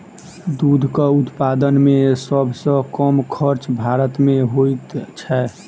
दूधक उत्पादन मे सभ सॅ कम खर्च भारत मे होइत छै